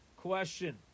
question